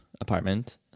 apartment